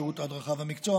שירות ההדרכה והמקצוע,